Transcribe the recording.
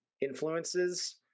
influences